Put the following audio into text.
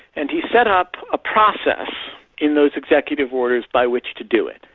and he set up a process in those executive orders by which to do it.